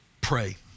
Pray